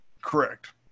Correct